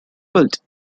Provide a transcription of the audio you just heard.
built